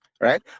right